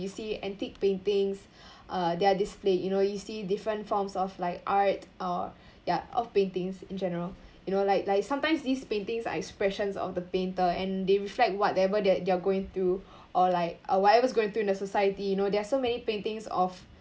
you see antique paintings uh that are displayed you know when you see different forms of like art or ya of paintings in general you know like like sometimes these paintings are expressions of the painter and they reflect whatever that they're going through or like whatever's going through in the society you know there are so many paintings of